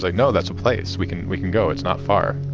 like no that's a place, we can we can go, it's not far.